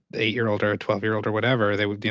a eight year old or a twelve year old or whatever, they would,